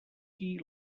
ací